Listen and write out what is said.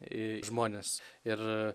į žmones ir